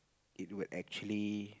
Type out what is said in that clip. it would actually